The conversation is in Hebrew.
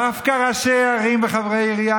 דווקא ראשי ערים וחברי עירייה,